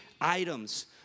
items